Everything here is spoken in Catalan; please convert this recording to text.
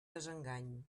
desengany